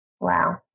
Wow